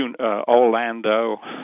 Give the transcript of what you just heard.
Orlando